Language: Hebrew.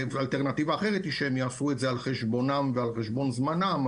והאלטרנטיבה האחרת היא שהם יעשו את זה על חשבונם ועל חשבון זמנם,